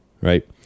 right